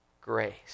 grace